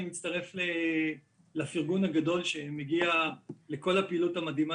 אני מצטרף לפרגון הגדול שמגיע לכל הפעילות המדהימה